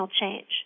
change